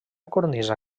cornisa